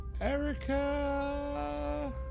Erica